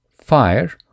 Fire